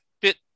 fit